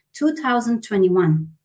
2021